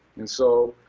and so,